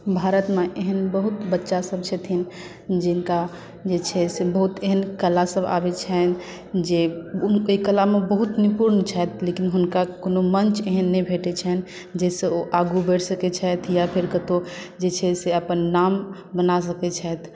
भारतमे एहन बहुत बच्चासभ छथिन जिनका जे छै से बहुत एहन कलासभ आबैत छनि जे ओहि कलामे बहुत निपुण छथि लेकिन हुनका कोनो मञ्च एहन नहि भेटैत छनि जाहिसँ ओ आगू बढ़ि सकैत छथि या फेर कतहु जे छै से अपन नाम बना सकैत छथि